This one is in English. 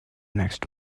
next